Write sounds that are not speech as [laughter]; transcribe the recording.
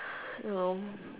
[breath] you know